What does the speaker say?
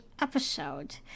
episode